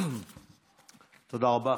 תודה רבה.